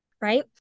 right